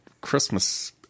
Christmas